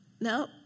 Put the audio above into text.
no